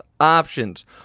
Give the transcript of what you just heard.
options